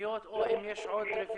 התוכניות או אם יש עוד רביעית.